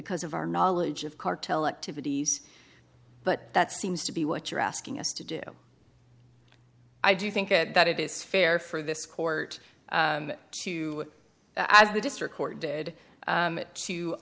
because of our knowledge of cartel activities but that seems to be what you're asking us to do i do think that it is fair for this court to as the district court did